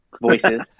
voices